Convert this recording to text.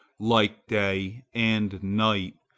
like day and night,